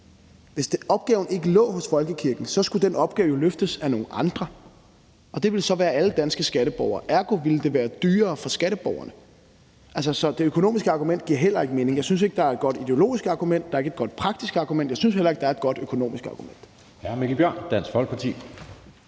Hvis opgaven ikke lå i folkekirken, skulle den jo løftes af nogle andre, og det ville så være alle danske skatteborgere. Ergo ville det være dyrere for skatteborgerne. Så det økonomiske argument giver heller ikke mening. Jeg synes ikke, at der er et godt ideologisk argument eller et godt praktisk argument, og jeg synes heller ikke, der er et godt økonomisk argument.